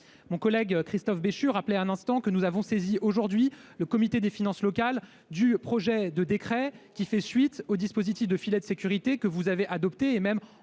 mon collègue Christophe Béchu rappeler un instant que nous avons saisi aujourd'hui le comité des finances locales du projet de décret qui fait suite aux dispositifs de filet de sécurité que vous avez adoptée et même enrichi